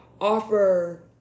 offer